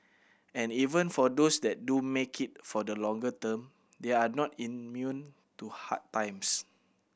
and even for those that do make it for the longer term they are not immune to hard times